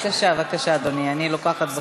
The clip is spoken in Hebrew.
בסם אללה א-רחמאן א-רחים.